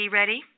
ready